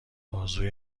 بازوی